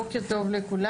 בוקר טוב לכולם,